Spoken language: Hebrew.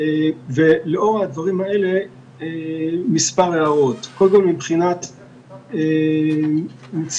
לאור הדברים האלה יש מספר הערות: מבחינת נציגות,